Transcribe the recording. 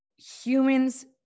humans